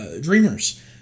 Dreamers